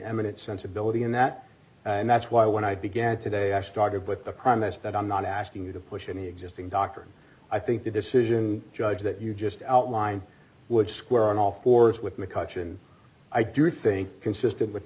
eminent sensibility in that and that's why when i began today i started with the promise that i'm not asking you to push any existing doctrine i think the decision judge that you just outlined would square on all fours with mccutcheon i do think consistent with